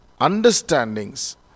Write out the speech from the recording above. understandings